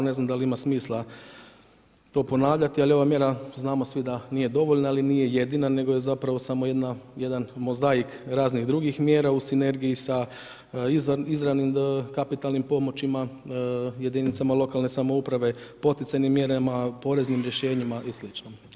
Ne znam da li ima smisla to ponavljati, ali ova mjera, znamo svi da nije dovoljna, ali nije jedina nego je zapravo samo jedan mozaik raznih drugih mjera u sinergiji sa izravnim kapitalnim pomoćima jedinicama lokalne samouprave, poticajnim mjerama, poreznim rješenjima i sl.